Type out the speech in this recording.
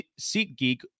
SeatGeek